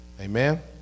amen